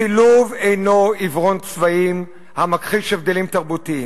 שילוב אינו עיוורון צבעים המכחיש הבדלים תרבותיים,